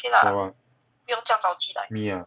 做么 leh 你 ah